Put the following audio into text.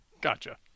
Gotcha